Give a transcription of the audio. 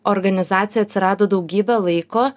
organizacijoj atsirado daugybė laiko